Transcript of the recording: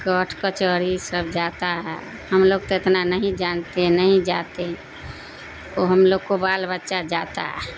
کٹھ کچہری سب جاتا ہے ہم لوگ تو اتنا نہیں جانتے نہیں جاتے وہ ہم لوگ کو بال بچہ جاتا ہے